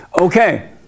okay